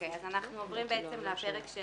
אנחנו עוברים לפרק של